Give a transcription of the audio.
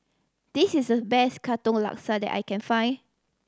this is the best Katong Laksa that I can find